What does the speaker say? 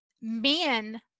men